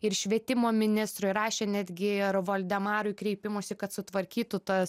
ir švietimo ministrui rašė netgi ir voldemarui kreipimusi kad sutvarkytų tas